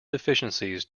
deficiencies